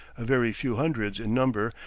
a very few hundreds in number,